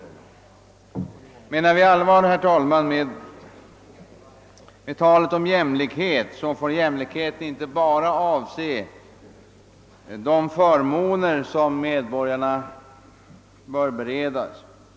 Om vi menar allvar med talet om jämlikhet får jämligheten inte bara avse de förmåner medborgarna bör beredas.